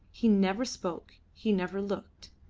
he never spoke, he never looked.